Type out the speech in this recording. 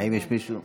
האם יש מישהו